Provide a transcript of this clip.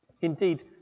Indeed